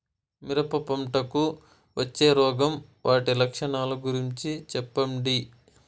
మిరప పంటకు వచ్చే రోగం వాటి లక్షణాలు గురించి చెప్పండి?